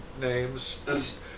names